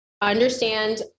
Understand